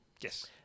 yes